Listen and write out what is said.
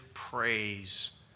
Praise